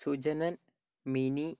Sujanan mini